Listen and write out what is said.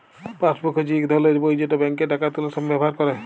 passbook হচ্যে ইক ধরলের বই যেট ব্যাংকে টাকা তুলার সময় ব্যাভার ক্যরে